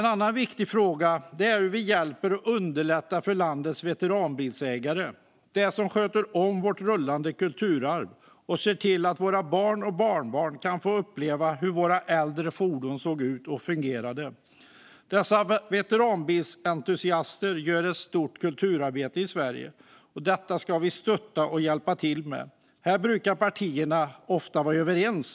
En annan viktig fråga är hur vi hjälper och underlättar för landets veteranbilsägare, de som sköter om vårt rullande kulturarv och ser till att våra barn och barnbarn kan få uppleva hur våra äldre fordon såg ut och fungerade. Dessa veteranbilsentusiaster gör ett stort kulturarbete i Sverige, och det ska vi stötta och hjälpa till med. Här brukar partierna ofta vara överens.